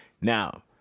Now